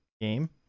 game